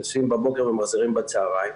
נוסעים בבוקר ומחזירים בצוהריים,